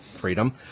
freedom